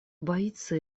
боится